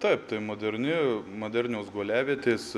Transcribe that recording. taip tai moderni modernios guoliavietės